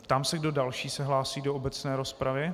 Ptám se, kdo další se hlásí do obecné rozpravy.